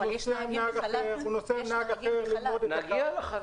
הוא נוסע עם נהג אחר ללמוד את הקו.